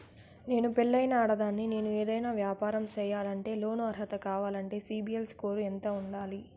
నేను పెళ్ళైన ఆడదాన్ని, నేను ఏదైనా వ్యాపారం సేయాలంటే లోను అర్హత కావాలంటే సిబిల్ స్కోరు ఎంత ఉండాలి?